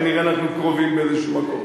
כנראה אנחנו קרובים באיזשהו מקום.